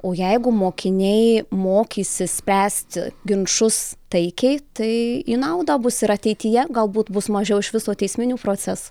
o jeigu mokiniai mokysis spręsti ginčus taikiai tai į naudą bus ir ateityje galbūt bus mažiau iš viso teisminių procesų